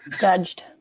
judged